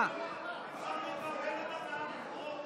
אנחנו רוצים לדעת על מה מצביעים.